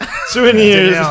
Souvenirs